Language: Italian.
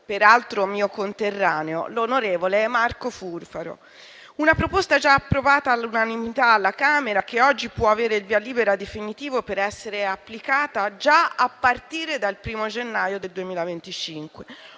peraltro mio conterraneo, l'onorevole Marco Furfaro. Una proposta, già approvata all'unanimità alla Camera, che oggi può avere il via libera definitivo per essere applicata già a partire dal 1° gennaio 2025.